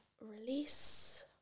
release